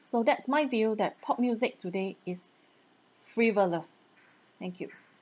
so that's my view that pop music today is frivolous thank you